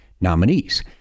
nominees